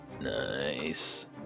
Nice